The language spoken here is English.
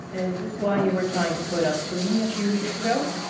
is this why you were trying to put up to me a few weeks ago?